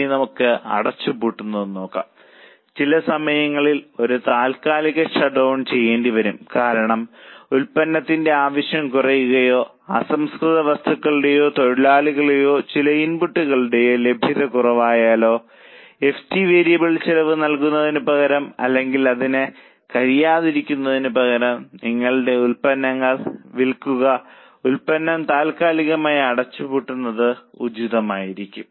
ഇനി നമുക്ക് അടച്ചുപൂട്ടുന്നത് നോക്കാം ചില സമയങ്ങളിൽ ഒരു താൽക്കാലിക ഷട്ട്ഡൌൺ ചെയ്യേണ്ടി വരും കാരണം ഉൽപ്പന്നത്തിന്റെ ആവശ്യം കുറയുകയോ അസംസ്കൃത വസ്തുക്കളുടെയോ തൊഴിലാളികളുടെയോ ചില ഇൻപുട്ടുകളുടെയോ ലഭ്യത കുറവായാലോ FT വേരിയബിൾ ചെലവ് നൽകുന്നതിനുപകരം അല്ലെങ്കിൽ അതിന് കഴിയാതിരിക്കുന്നതിന് പകരം നിങ്ങളുടെ ഉൽപ്പന്നങ്ങൾ വിൽക്കുക ഉൽപ്പന്നം താൽക്കാലികമായി അടച്ചുപൂട്ടുന്നത് ഉചിതമായിരിക്കും